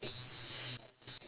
royalty class